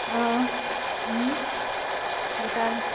অঁ গোটাই